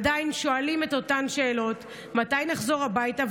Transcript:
שעדיין שואלים את אותן שאלות: מתי נחזור הביתה?